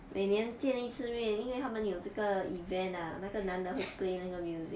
每年见一次面因为他们有这个 event ah 那个男的会 play 那个 music